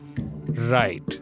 Right